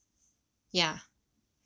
ya